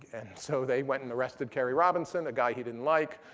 and so they went and arrested kerry robinson, a guy he didn't like.